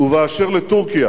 ואשר לטורקיה,